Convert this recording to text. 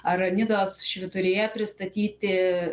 ar nidos švyturyje pristatyti